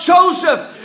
Joseph